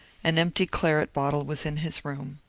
an empty claret bottle was in his room.